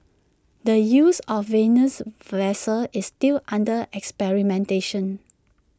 the use of the Venus vessel is still under experimentation